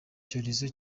cyorezo